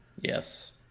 Yes